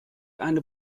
eine